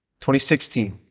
2016